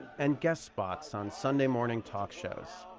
and guest spots on sunday morning talk shows.